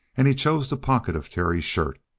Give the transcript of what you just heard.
and he chose the pocket of terry's shirt.